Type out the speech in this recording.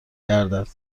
گردد